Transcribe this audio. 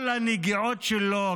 כל הנגיעות שלו,